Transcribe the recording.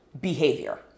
behavior